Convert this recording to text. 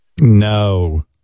no